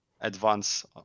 advance